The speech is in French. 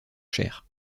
cher